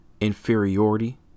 inferiority